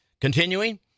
Continuing